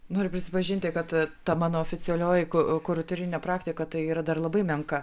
noriu prisipažinti kad ta mano oficialioji ku kuratorinė praktika tai yra dar labai menka